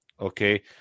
Okay